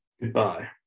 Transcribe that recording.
goodbye